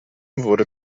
wurde